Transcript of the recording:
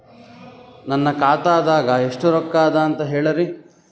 ನನ್ನ ಖಾತಾದಾಗ ಎಷ್ಟ ರೊಕ್ಕ ಅದ ಅಂತ ಹೇಳರಿ?